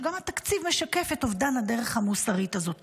שגם התקציב משקף את אובדן הדרך המוסרית הזאת.